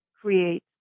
CREATE